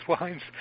wines